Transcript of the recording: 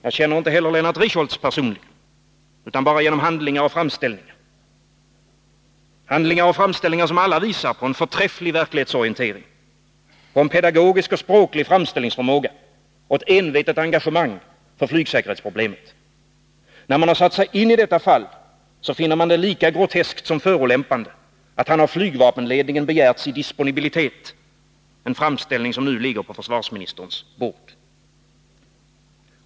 Jag känner inte heller Lennart Richholz personligen utan endast genom handlingar och framställningar, handlingar och framställningar som alla visar på en förträfflig verklighetsorientering, en pedagogisk och språklig framställningsförmåga och ett envetet engagemang för flygsäkerhetsproblemet. När man har satt sig in i detta fall finner man det lika groteskt som förolämpande att han av flygvapenledningen begärts i disponibilitet — en framställning som nu ligger på försvarsministerns bord.